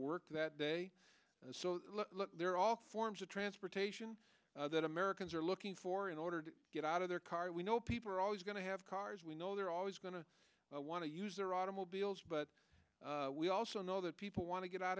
work that day so there are all forms of transportation that americans are looking for in order to get out of their car we know people are always going to have cars we know they're always going to want to they're automobiles but we also know that people want to get out